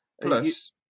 Plus